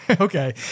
Okay